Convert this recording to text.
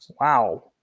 wow